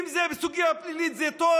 אם זה סוגיה פלילית זה טוב?